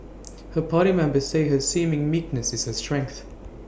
her party members say her seeming meekness is her strength